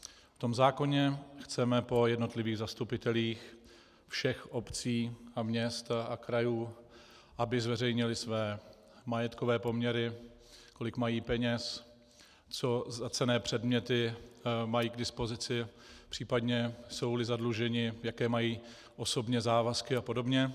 V tom zákoně chceme po jednotlivých zastupitelích všech obcí a měst a krajů, aby zveřejnili své majetkové poměry, kolik mají peněz, co za cenné předměty mají k dispozici, případně jsouli zadluženi, jaké mají osobní závazky apod.